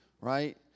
Right